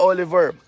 Oliver